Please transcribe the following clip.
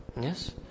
Yes